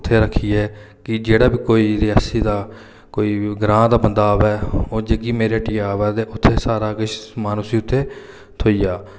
उत्थै रक्खी ऐ की जेह्ड़ा बी कोई रियासी दा कोई ग्रांऽ दा बंदा आवै ओह् जेह्की मेरी हट्टियां आवै ते उत्थै सारा किश समान उसी उत्थै थ्होई जा